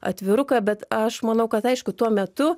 atviruką bet aš manau kad aišku tuo metu